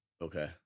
Okay